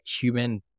human